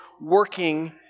working